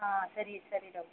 ಹಾಂ ಸರಿ ಸರಿ ಡಾಕ್ಟರ್